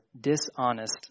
dishonest